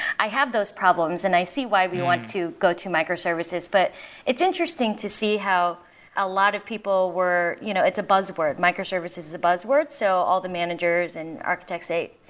i have those problems and i see why we want to go to microservices. but it's interesting to see how a lot of people were you know it's a buzzword. microservices is a buzzword, so all the managers and architects say,